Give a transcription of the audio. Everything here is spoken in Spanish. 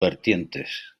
vertientes